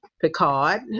Picard